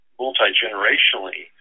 multi-generationally